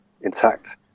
intact